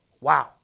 wow